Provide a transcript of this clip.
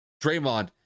Draymond